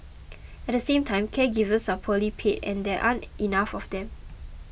at the same time caregivers are poorly paid and there aren't enough of them